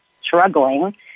struggling